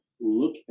look